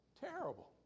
terrible